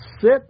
Sit